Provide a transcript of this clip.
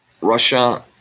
Russia